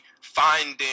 finding